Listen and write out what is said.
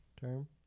term